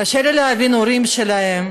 קשה לי להבין את ההורים שלהם.